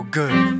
good